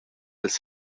ils